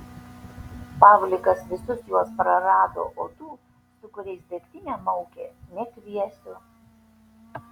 pavlikas visus juos prarado o tų su kuriais degtinę maukė nekviesiu